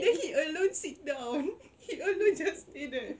then he alone sit down he alone just stay there